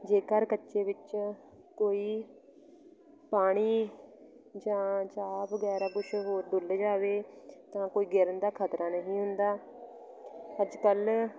ਜੇਕਰ ਕੱਚੇ ਵਿੱਚ ਕੋਈ ਪਾਣੀ ਜਾਂ ਚਾਹ ਵਗੈਰਾ ਕੁਛ ਹੋਰ ਡੁਲ੍ਹ ਜਾਵੇ ਤਾਂ ਕੋਈ ਗਿਰਨ ਦਾ ਖਤਰਾ ਨਹੀਂ ਹੁੰਦਾ ਅੱਜ ਕੱਲ੍ਹ